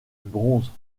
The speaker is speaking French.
bronze